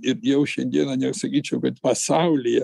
ir jau šią dieną nesakyčiau kad pasaulyje